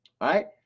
right